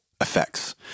Effects